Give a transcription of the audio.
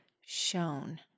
shown